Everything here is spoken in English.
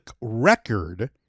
record